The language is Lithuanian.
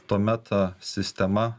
tuomet ta sistema o